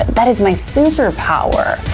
that is my superpower.